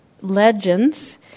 legends